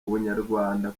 ubunyarwanda